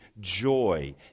joy